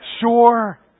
Sure